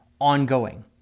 ongoing